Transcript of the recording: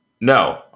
No